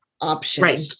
option